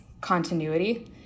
continuity